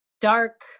dark